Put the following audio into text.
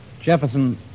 Jefferson